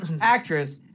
actress